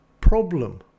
problem